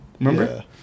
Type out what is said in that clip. Remember